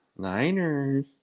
Niners